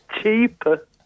Cheaper